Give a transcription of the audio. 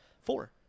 Four